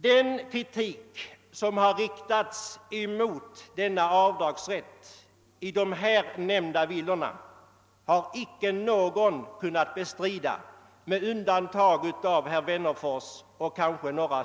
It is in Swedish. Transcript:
Den kritik som riktats mot avdragsrätten när det gäller sådana villor har inte kunnat bestridas av någon — med undantag av herr Wennerfors och några andra.